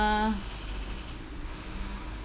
uh